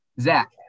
Zach